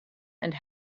and